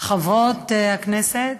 חברות הכנסת